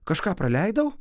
kažką praleidau